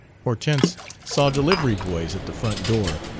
hortense saw delivery-boys at the front door,